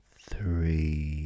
three